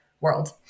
world